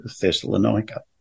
Thessalonica